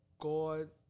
God